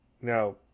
now